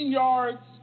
yards